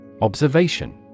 Observation